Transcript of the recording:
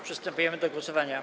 Przystępujemy do głosowania.